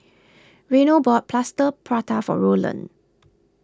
Reynold bought Plaster Prata for Rolland